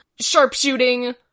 sharpshooting